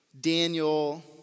Daniel